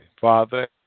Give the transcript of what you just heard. Father